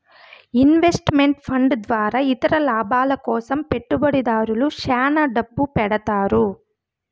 invest meant fund ద్వారా ఇతర లాభాల కోసం పెట్టుబడిదారులు శ్యాన డబ్బు పెడతారు